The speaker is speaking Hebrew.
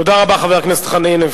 תודה רבה, חבר הכנסת חנין.